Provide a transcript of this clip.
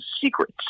Secrets